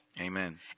Amen